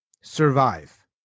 survive